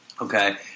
okay